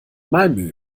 malmö